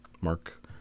Mark